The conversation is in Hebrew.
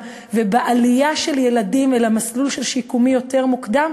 ובעלייה של ילדים אל מסלול שיקומי יותר מוקדם,